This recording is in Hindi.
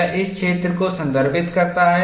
यह इस क्षेत्र को संदर्भित करता है